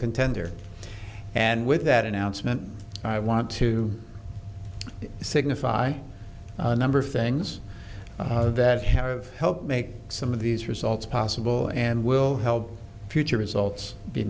contender and with that announcement i want to signify a number of things that have helped make some of these results possible and will help future results be